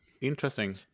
interesting